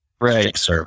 Right